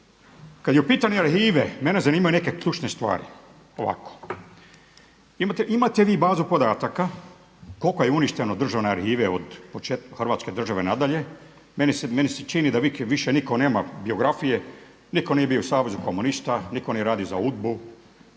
kada je u pitanju arhive mene zanimaju neke ključne stvari, ovako. Imate vi bazu podataka koliko je uništeno državne arhive od Hrvatske države nadalje? Meni se čini da više niko nema biografije, niko nije bio u savezu komunista, niko nije radio za UDBA-u,